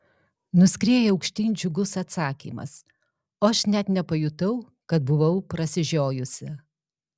nuskrieja aukštyn džiugus atsakymas o aš net nepajutau kad buvau prasižiojusi